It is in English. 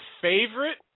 favorite